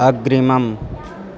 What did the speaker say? अग्रिमम्